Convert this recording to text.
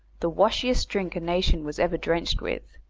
the washiest drink a nation was ever drenched with.